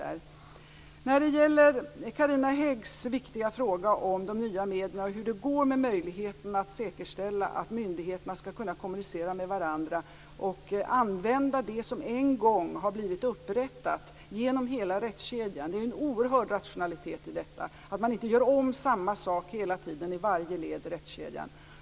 Carina Hägg ställde en viktig fråga om de nya medlen och hur det går med möjligheterna att säkerställa att myndigheterna skall kunna kommunicera med varandra och använda det som en gång har blivit upprättat genom hela rättskedjan. Det är en oerhörd rationalitet i att man inte gör om samma sak hela tiden i varje led i rättskedjan.